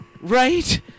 Right